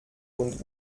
und